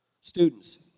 Students